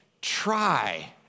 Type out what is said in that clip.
try